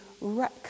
wreck